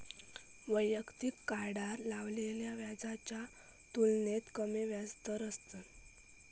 वैयक्तिक कार्डार लावलेल्या व्याजाच्या तुलनेत कमी व्याजदर असतत